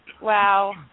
Wow